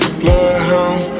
bloodhound